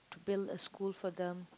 to build a school for them